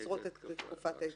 עוצרות את תקופת ההתיישנות.